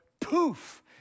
poof